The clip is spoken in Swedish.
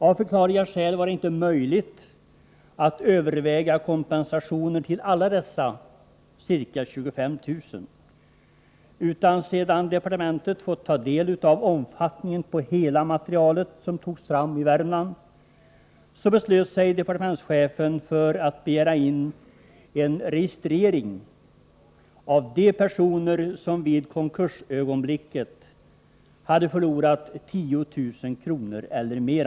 Av förklarliga skäl var det inte möjligt att överväga kompensationer till alla dessa ca 25 000, utan efter det att departementet fått ta del av hela det material som tagits fram i Värmland beslöt sig departementschefen för att begära en registrering av de personer som vid konkursögonblicket hade förlorat 10 000 kr. eller mer.